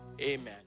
amen